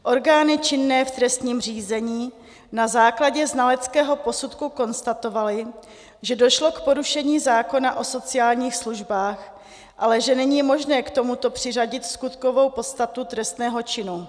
Orgány činné v trestním řízení na základě znaleckého posudku konstatovaly, že došlo k porušení zákona o sociálních službách, ale že není možné k tomuto přiřadit skutkovou podstatu trestného činu.